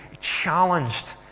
challenged